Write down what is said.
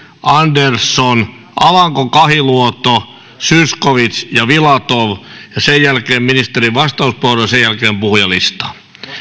andersson alako kahiluoto zyskowicz ja filatov sen jälkeen ministerin vastauspuheenvuoro ja sen jälkeen puhujalistaan